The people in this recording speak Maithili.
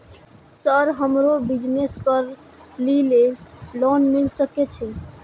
सर हमरो बिजनेस करके ली ये लोन मिल सके छे?